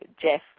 Jeff